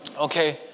Okay